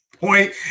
point